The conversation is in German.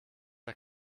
der